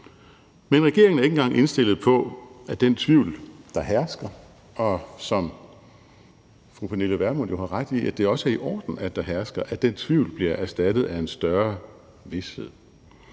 Men regeringen er ikke engang indstillet på, at den tvivl, der hersker – og som fru Pernille Vermund jo har ret i også er i orden at der hersker – bliver erstattet af en større vished.